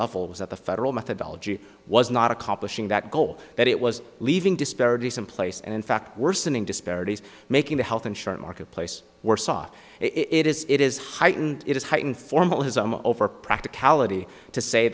level is that the federal methodology was not accomplishing that goal that it was leaving disparities in place and in fact worsening disparities making the health insurance marketplace worse saw it is it is heightened it is heightened formalism over practicality to say